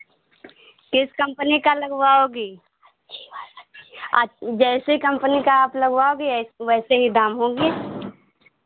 किस कंपनी का लगवाओगी अच् जैसे कंपनी का आप लगवाओगी वैसे ही दाम होंगे